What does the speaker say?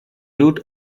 route